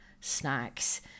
snacks